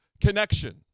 connection